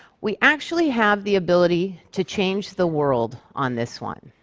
we actually have the ability to change the world on this one.